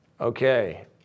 Okay